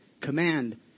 command